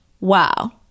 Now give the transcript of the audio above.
wow